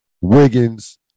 Wiggins